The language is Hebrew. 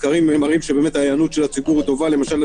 הסקרים מראים שההיענות של הציבור טובה למשל,